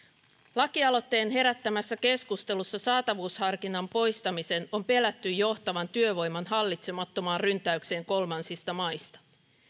lakialoitteen herättämässä keskustelussa saatavuusharkinnan poistamisen on pelätty johtavan työvoiman hallitsemattomaan ryntäykseen kolmansista maista